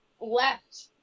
left